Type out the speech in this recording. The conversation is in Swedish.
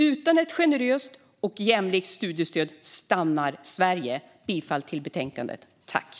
Utan ett generöst och jämlikt studiestöd stannar Sverige! Jag yrkar bifall till utskottets förslag.